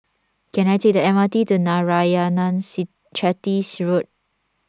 can I take the M R T to Narayanan Chetty Road